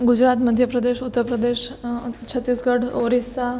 Gujarat Madhya Pradesh Uttar Pradesh Chhattisgarh Odisha